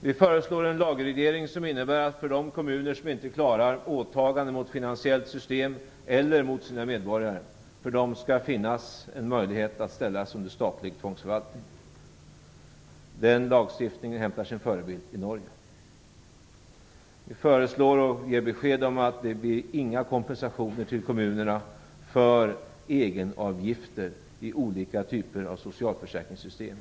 Vi föreslår en lagreglering som innebär att det för de kommuner som inte klarar åtaganden mot ett finansiellt system eller mot sina medborgare skall finnas en möjlighet att ställas under statlig tvångsförvaltning. Denna lagstiftning hämtar sin förebild från Vi föreslår och ger besked om att det inte blir några kompensationer till kommunerna för egenavgifter i olika typer av socialförsäkringssystem.